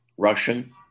Russian